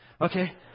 okay